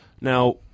Now